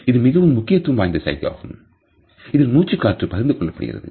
இது மிகவும் முக்கியத்துவம் வாய்ந்த சைகைஆகும் இதில் மூச்சுக்காற்று பகிர்ந்து கொள்ளப்படுகிறது